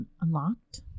Unlocked